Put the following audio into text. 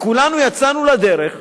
כולנו יצאנו לדרך,